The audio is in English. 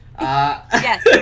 Yes